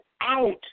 out